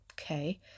Okay